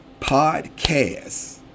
podcast